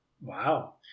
Wow